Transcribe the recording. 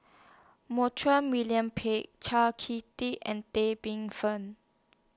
Montague William Pett Chau Key Ting and Tan Paey Fern